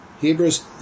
Hebrews